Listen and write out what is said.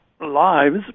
lives